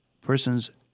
persons